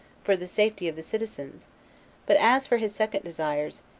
for the safety of the citizens but as for his second desires,